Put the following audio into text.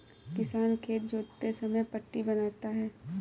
किसान खेत जोतते समय पट्टी बनाता है